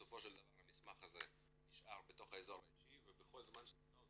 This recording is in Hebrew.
בסופו של דבר המסמך הזה נשאר בתוך האזור האישי ובכל זמן שהיא צריכה אותו